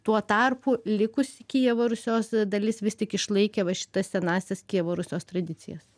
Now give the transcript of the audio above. tuo tarpu likusi kijevo rusios dalis vis tik išlaikė va šitas senąsias kijevo rusios tradicijas